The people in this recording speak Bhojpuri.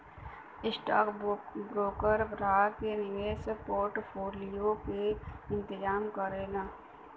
स्टॉकब्रोकर ग्राहक के निवेश पोर्टफोलियो क इंतजाम करलन